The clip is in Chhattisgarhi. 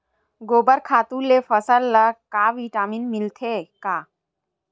गोबर खातु ले फसल ल का विटामिन मिलथे का?